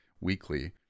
weekly